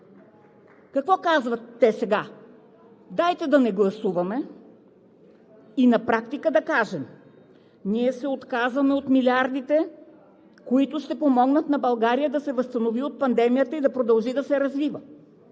Какво казват те сега? – „Дайте да не гласуваме“ и на практика да кажем – ние се отказваме от милиардите, които ще помогнат на България да се възстанови от пандемията и да продължи да се развива.